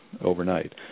overnight